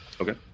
Okay